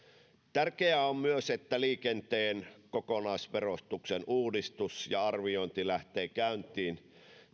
tärkeää on myös että liikenteen kokonaisverotuksen uudistus ja arviointi lähtevät käyntiin